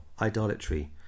idolatry